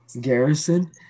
Garrison